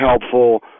helpful